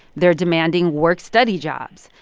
they're demanding work-study jobs.